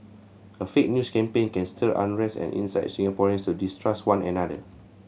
a fake news campaign can stir unrest and incite Singaporeans to distrust one another